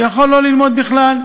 הוא יכול לא ללמוד בכלל,